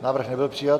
Návrh nebyl přijat.